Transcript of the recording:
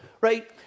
right